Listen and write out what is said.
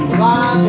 live